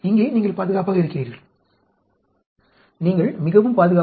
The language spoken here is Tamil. இங்கே நீங்கள் பாதுகாப்பாக இருக்கிறீர்கள் நீங்கள் மிகவும் பாதுகாப்பாக இருக்கிறீர்கள்